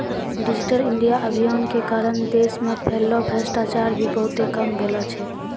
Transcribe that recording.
digital India अभियान के कारण देश मे फैल्लो भ्रष्टाचार भी बहुते कम भेलो छै